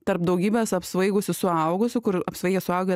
tarp daugybės apsvaigusių suaugusių kur apsvaigę suaugę